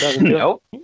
Nope